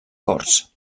corts